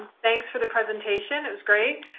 thanks for the presentation. it was great.